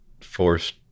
forced